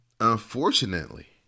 unfortunately